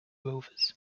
rovers